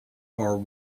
are